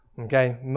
Okay